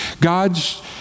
God's